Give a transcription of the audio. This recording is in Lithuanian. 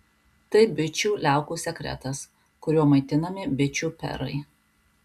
tai bičių liaukų sekretas kuriuo maitinami bičių perai